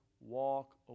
walk